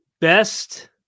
best